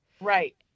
Right